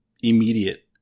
immediate